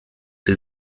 sie